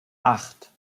acht